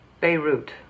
Beirut